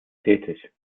tätig